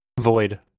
Void